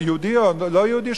או לא-יהודי,